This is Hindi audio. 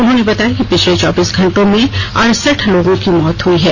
उन्होंने बताया कि पिछले चौबीस घंटों में अड़सठ लोगों की मौत हुई है